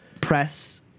press